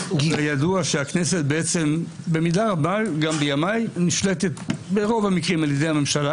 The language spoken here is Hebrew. ידוע שהכנסת נשלטת במידה רבה ברוב המקרים על-ידי הממשלה,